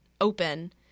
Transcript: open